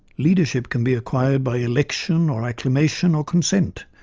leadership can be acquired by election or acclamation or consent.